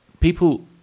People